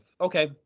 okay